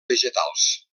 vegetals